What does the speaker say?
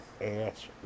ass